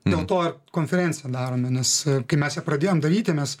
dėl to ir konferenciją darome nes kai mes ją pradėjom daryti mes